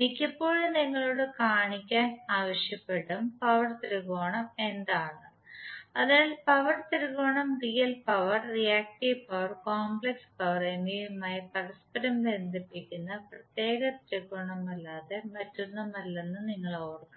മിക്കപ്പോഴും നിങ്ങളോട് കാണിക്കാൻ ആവശ്യപ്പെടും പവർ ത്രികോണം എന്താണ് അതിനാൽ പവർ ത്രികോണം real power reactive power complex power എന്നിവയുമായി പരസ്പരം ബന്ധിപ്പിക്കുന്ന പ്രത്യേക ത്രികോണമല്ലാതെ മറ്റൊന്നുമല്ലെന്ന് നിങ്ങൾ ഓർക്കണം